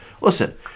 listen